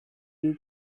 you